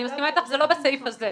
זה לא בסעיף הזה.